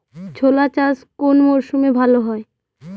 ছোলা চাষ কোন মরশুমে ভালো হয়?